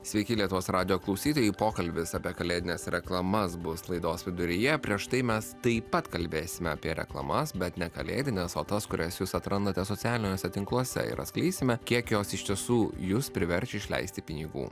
sveiki lietuvos radijo klausytojai pokalbis apie kalėdines reklamas bus laidos viduryje prieš tai mes taip pat kalbėsime apie reklamas bet ne kalėdines o tas kurias jūs atrandate socialiniuose tinkluose ir atskleisime kiek jos iš tiesų jus priverčia išleisti pinigų